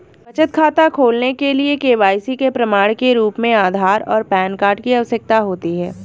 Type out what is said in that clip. बचत खाता खोलने के लिए के.वाई.सी के प्रमाण के रूप में आधार और पैन कार्ड की आवश्यकता होती है